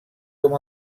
com